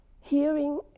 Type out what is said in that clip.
hearing